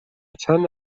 چند